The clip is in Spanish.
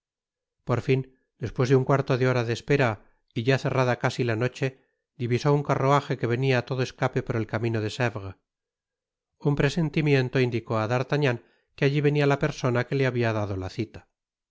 por fin despues de un cuarto de hora de espera y ya cerrada casi la noche divisó un carruaje que venia á todo escape por el camino de sevres un presentimiento indicó á d'artagnan que alli venia la persona que le habia dado la cita no